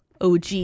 og